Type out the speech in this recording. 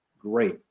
great